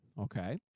Okay